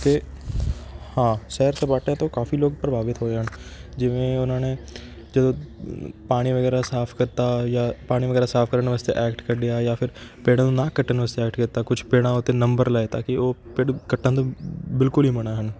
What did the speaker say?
ਅਤੇ ਹਾਂ ਸੈਰ ਸਪਾਟਿਆਂ ਤੋਂ ਕਾਫ਼ੀ ਲੋਕ ਪ੍ਰਭਾਵਿਤ ਹੋਏ ਹਨ ਜਿਵੇਂ ਉਨ੍ਹਾਂ ਨੇ ਜਦੋਂ ਪਾਣੀ ਵਗੈਰਾ ਸਾਫ਼ ਕੀਤਾ ਜਾਂ ਪਾਣੀ ਵਗੈਰਾ ਸਾਫ਼ ਕਰਨ ਵਾਸਤੇ ਐਕਟ ਕੱਢਿਆ ਜਾਂ ਫਿਰ ਪੇੜਾਂ ਨੂੰ ਨਾ ਕੱਟਣ ਵਾਸਤੇ ਐਕਟ ਕੀਤਾ ਕੁਛ ਪੇੜਾਂ ਉੱਤੇ ਨੰਬਰ ਲੇਤਾ ਕਿ ਉਹ ਪੇੜ ਕੱਟਣ ਤੋਂ ਬਿਲਕੁਲ ਹੀ ਮਨ੍ਹਾ ਹਨ